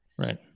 Right